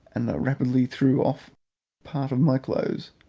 and i rapidly threw off part of my clothes,